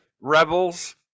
rebels